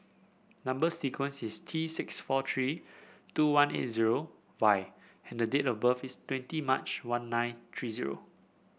number sequence is T six four three two one eight zero Y and the date of birth is twenty March one nine three zero